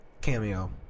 Cameo